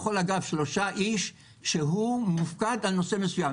בכל אגף 3 אנשים והוא מופקד על נושא מסוים.